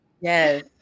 yes